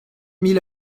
mille